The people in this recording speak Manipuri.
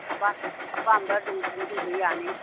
ꯑꯄꯥꯝ ꯑꯄꯥꯝꯕ ꯑꯗꯨꯝ ꯈꯟꯕꯤꯕ ꯌꯥꯅꯤ